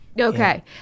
Okay